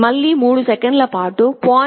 4 మళ్ళీ3 సెకన్లపాటు 0